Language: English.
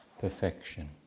perfection